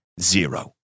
Zero